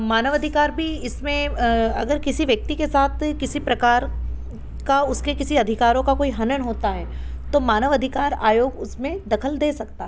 मानव अधिकार भी इसमें अगर किसी व्यक्ति के साथ किसी प्रकार का उसके किसी अधिकारों का कोई हनन होता है तो मानव अधिकार आयोग उसमें दखल दे सकता है